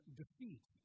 defeat